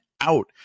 out